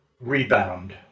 Rebound